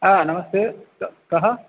नमस्ते क् कः